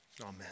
amen